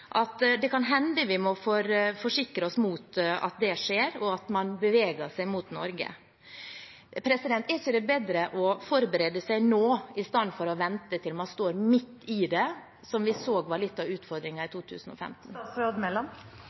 at det kan hende vi må forsikre oss mot at det skjer, at man beveger seg mot Norge. Er det ikke bedre å forberede seg nå enn å vente til man står midt i det, noe vi så var litt av utfordringen i 2015?